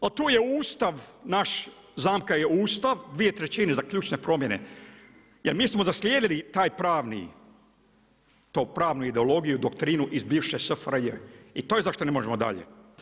A tu je Ustav naš, zamka je Ustav dvije trećine za ključne promjene jer mi smo naslijedili tu pravnu ideologiju, doktrinu iz bivše SFRJ i to je zašto ne možemo dalje.